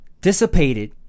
dissipated